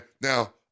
Now